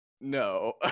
no